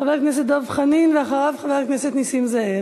חבר הכנסת דב חנין, ואחריו, חבר הכנסת נסים זאב.